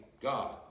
God